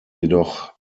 jedoch